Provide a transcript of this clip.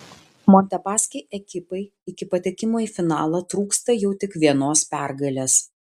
montepaschi ekipai iki patekimo į finalą trūksta jau tik vienos pergalės